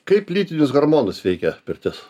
kaip lytinius hormonus veikia pirtis